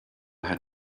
had